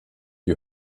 you